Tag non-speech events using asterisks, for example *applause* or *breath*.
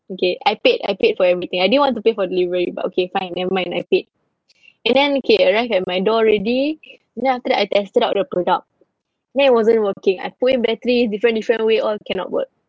okay I paid I paid for everything I didn't want to pay for delivery but okay fine never mind I paid *breath* and then okay it arrived at my door already *breath* and then after that I tested out the product then it wasn't working I put in battery different different way all cannot work